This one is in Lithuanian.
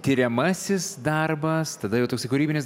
tiriamasis darbas tada jau toksai kūrybinis